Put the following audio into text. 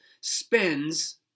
spends